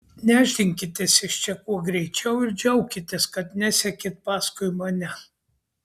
nešdinkitės iš čia kuo greičiau ir džiaukitės kad nesekėt paskui mane